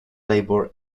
labor